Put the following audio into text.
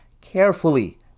carefully